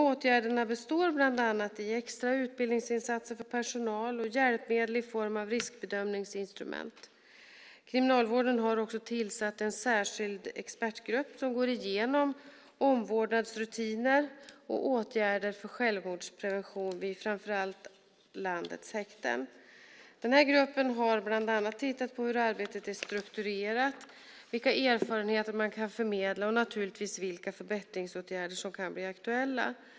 Åtgärderna består bland annat i extra utbildningsinsatser för personal och hjälpmedel i form av riskbedömningsinstrument. Kriminalvården har vidare tillsatt en särskild expertgrupp som går igenom omvårdnadsrutiner och åtgärder för självmordsprevention vid framför allt landets häkten. Expertgruppen tittar bland annat på hur arbetet är strukturerat, vilka erfarenheter som man kan förmedla och naturligtvis vilka förbättringsåtgärder som kan bli aktuella.